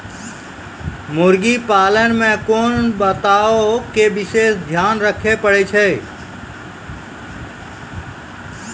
मुर्गी पालन मे कोंन बातो के विशेष ध्यान रखे पड़ै छै?